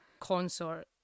consort